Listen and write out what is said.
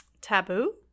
taboo